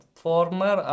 former